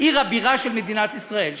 עיר הבירה של מדינת ישראל,